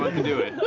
but could do it,